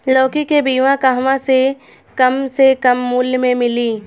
लौकी के बिया कहवा से कम से कम मूल्य मे मिली?